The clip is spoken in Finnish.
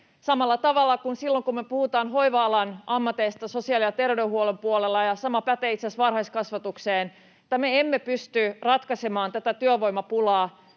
samalla tavalla kuin silloin, kun me puhumme hoiva-alan ammateista sosiaali- ja terveydenhuollon puolella, tämä pätee itse asiassa varhaiskasvatukseen: me emme pysty ratkaisemaan tätä työvoimapulaa,